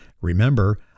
Remember